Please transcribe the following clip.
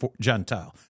Gentile